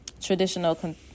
traditional